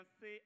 say